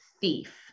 thief